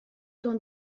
dans